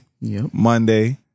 Monday